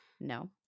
no